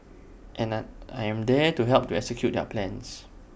and I I am there to help to execute their plans